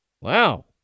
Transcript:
Wow